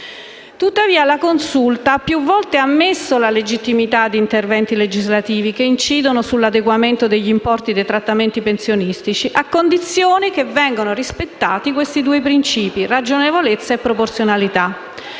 tuttavia, la Corte ha più volte ammesso la legittimità di interventi legislativi che incidono sull'adeguamento degli importi dei trattamenti pensionistici, a condizione che vengano rispettati limiti di ragionevolezza e proporzionalità: